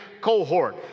cohort